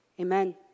amen